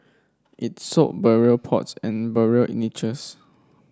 it sold burial pots and burial niches